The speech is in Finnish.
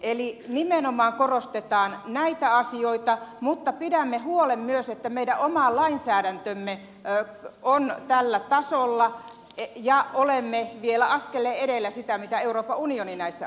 eli nimenomaan korostetaan näitä asioita mutta pidämme huolen myös että meidän oma lainsäädäntömme on tällä tasolla ja olemme vielä askeleen edellä siitä mitä euroopan unioni näissä asioissa edellyttää